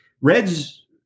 reds